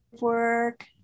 work